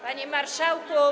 Panie Marszałku!